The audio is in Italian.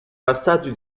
passaggi